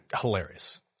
hilarious